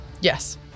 Yes